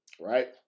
Right